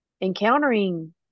encountering